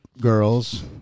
girls